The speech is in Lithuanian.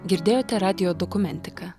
girdėjote radijo dokumentiką